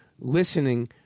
listening